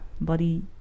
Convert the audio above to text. body